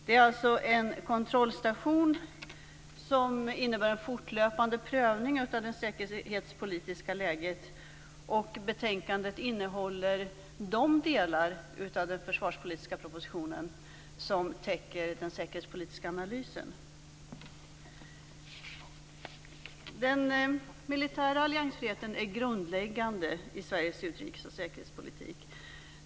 Det är alltså en kontrollstation som innebär en fortlöpande prövning av det säkerhetspolitiska läget, och betänkandet innehåller de delar av den försvarspolitiska propositionen som täcker den säkerhetspolitiska analysen. Den militära alliansfriheten är grundläggande i Sveriges utrikes och säkerhetspolitik.